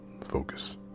focus